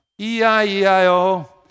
E-I-E-I-O